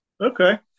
Okay